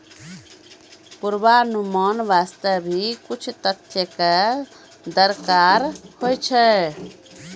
पुर्वानुमान वास्ते भी कुछ तथ्य कॅ दरकार होय छै